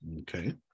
Okay